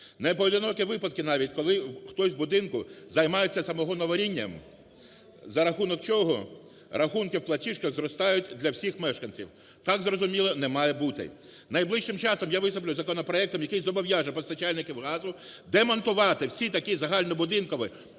Непоодинокі випадки навіть, коли хтось в будинку займається самогоноварінням, за рахунок чого рахунки в платіжках зростають для всіх мешканців. Так, зрозуміло, не має бути. Найближчим часом я виступлю з законопроектом, який зобов'яже постачальників газу демонтувати всі такізагальнобудинкові